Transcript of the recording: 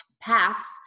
paths